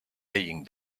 laying